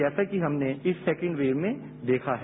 जैसा कि हमने इस सेकेट वेय में देखा है